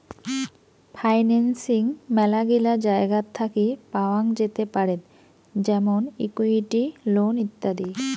financing মেলাগিলা জায়গাত থাকি পাওয়াঙ যেতে পারেত যেমন ইকুইটি, লোন ইত্যাদি